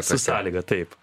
su sąlyga taip